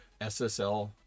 SSL